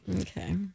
Okay